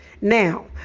Now